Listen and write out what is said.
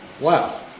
wow